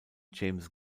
james